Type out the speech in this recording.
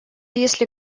если